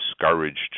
Discouraged